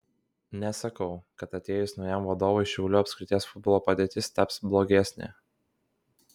nesakau kad atėjus naujam vadovui šiaulių apskrities futbolo padėtis taps blogesnė